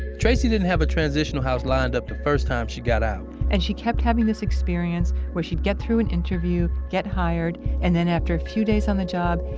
tracy didn't have a transitional house lined up the first time she got out and she kept having this experience where she'd get through an interview, get hired and then after a few days on the job,